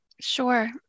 Sure